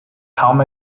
kaum